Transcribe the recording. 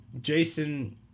Jason